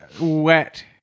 wet